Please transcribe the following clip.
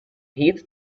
heaps